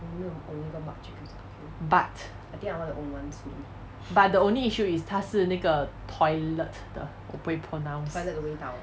but but the only issue is 他是那个 toilet 的我不会 pronounce